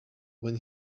when